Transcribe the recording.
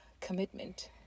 commitment